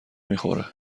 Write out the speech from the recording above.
میخوره